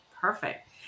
Perfect